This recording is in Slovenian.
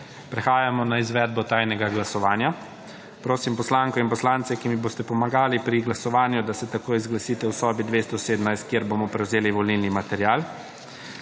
Prehajamo na izvedbo tajnega glasovanja. Prosim poslanko in poslance, ki mi boste pomagali pri glasovanju, da se takoj zglasite v sobi 217, kjer bomo prevzeli volilni material.